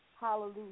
Hallelujah